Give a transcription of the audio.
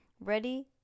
Ready